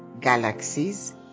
galaxies